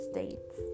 States